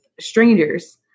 strangers